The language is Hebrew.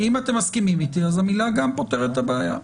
אם אתם מסכימים איתי המילה "גם" פותרת את הבעיה.